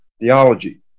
theology